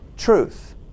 truth